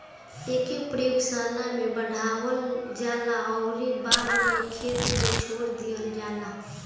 एके प्रयोगशाला में बढ़ावल जाला अउरी बाद में खेते में छोड़ दिहल जाला